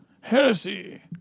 heresy